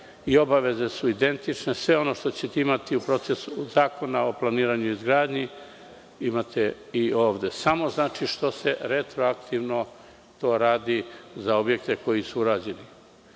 i obaveze su identične. Sve ono što ćete imati u zakonu o planiranju i izgradnji imate i ovde, samo što se retroaktivno to radi za objekte koji su urađeni.